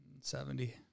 seventy